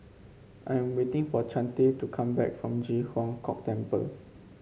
I'm waiting for Chante to come back from Ji Huang Kok Temple